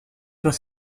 soit